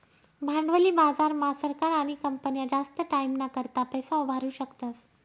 भांडवली बाजार मा सरकार आणि कंपन्या जास्त टाईमना करता पैसा उभारु शकतस